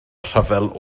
rhyfel